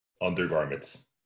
undergarments